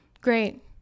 Great